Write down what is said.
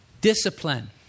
Discipline